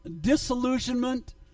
disillusionment